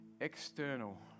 external